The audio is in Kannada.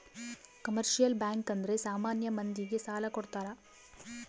ಕಮರ್ಶಿಯಲ್ ಬ್ಯಾಂಕ್ ಅಂದ್ರೆ ಸಾಮಾನ್ಯ ಮಂದಿ ಗೆ ಸಾಲ ಕೊಡ್ತಾರ